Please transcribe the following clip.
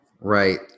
Right